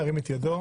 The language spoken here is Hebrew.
ירים את ידו.